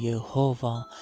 yeah jehovah